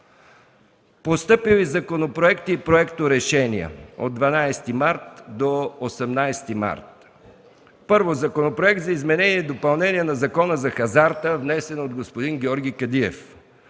Постъпили законопроекти и проекторешения от 12 до 18 март 2014 г.: 1. Законопроект за изменение и допълнение на Закона за хазарта, внесен от господин Георги Кадиев.